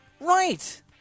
right